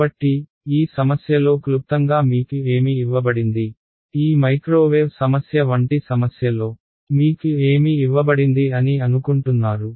కాబట్టి ఈ సమస్యలో క్లుప్తంగా మీకు ఏమి ఇవ్వబడింది ఈ మైక్రోవేవ్ సమస్య వంటి సమస్యలో మీకు ఏమి ఇవ్వబడింది అని అనుకుంటున్నారు